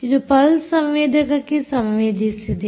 ಇದು ಪಲ್ಸ್ ಸಂವೇದಕಕ್ಕೆ ಸಂಬಂಧಿಸಿದೆ